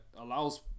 allows